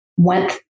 went